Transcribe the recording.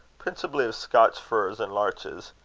principally of scotch firs and larches,